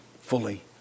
fully